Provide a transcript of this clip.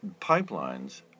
Pipelines